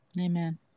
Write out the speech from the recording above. Amen